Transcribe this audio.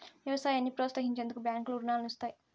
వ్యవసాయాన్ని ప్రోత్సహించేందుకు బ్యాంకులు రుణాలను ఇస్తాయి